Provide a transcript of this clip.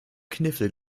kniffel